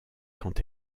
quand